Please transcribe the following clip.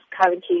currently